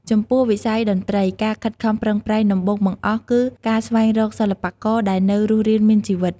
ចំពោះវិស័យតន្ត្រី ការខិតខំប្រឹងប្រែងដំបូងបង្អស់គឺ ការស្វែងរកសិល្បករដែលនៅរស់រានមានជីវិត។